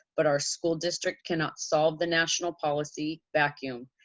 but our school district cannot solve the national policy vacuum.